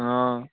অঁ